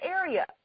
area